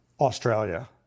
Australia